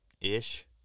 ish